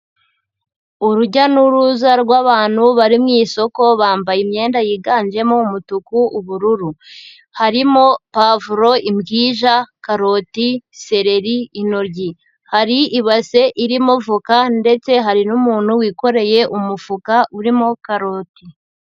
Urujya n'uruza rw'abantu bari mu isoko bambaye imyenda yiganjemo umutuku, ubururu, harimo pavuro, imbwija, karoti, sereri, intoryi, hari ibase irimo voka ndetse hari n'umuntu wikoreye umufuka urimo karoti.